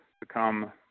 become